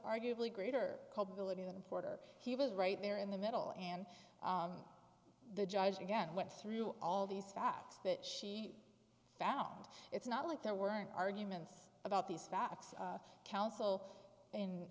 arguably greater culpability than forder he was right there in the middle and the judge again went through all these facts that she found it's not like there weren't arguments about these facts counsel in